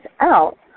out